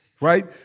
right